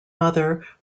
mother